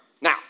now